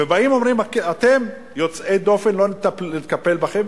ובאים אומרים: אתם יוצאי דופן, לא נטפל בכם.